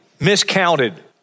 miscounted